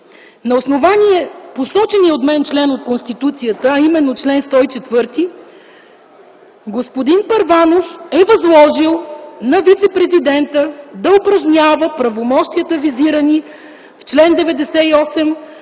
на основание посочения от мен член от Конституцията – чл. 104, господин Първанов е възложил на вицепрезидента да упражнява правомощията, визирани в чл. 98,